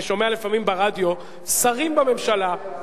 אני שומע לפעמים ברדיו שרים בממשלה,